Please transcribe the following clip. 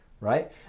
right